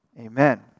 Amen